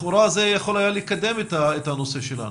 לכאורה זה יכול היה לקדם את הנושא שלנו.